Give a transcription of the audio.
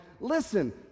Listen